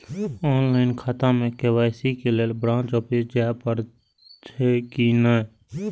Online खाता में KYC के लेल ब्रांच ऑफिस जाय परेछै कि नहिं?